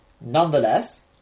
Nonetheless